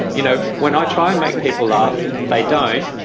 you know, when i try and make people laugh, they don't.